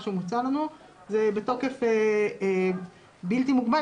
מה שמוצע לנו זה בתוקף בלתי מוגבל,